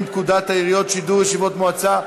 פקודת העיריות (שידור ישיבות מועצה)